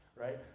right